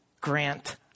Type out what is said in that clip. Grant